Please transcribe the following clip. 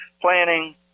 planning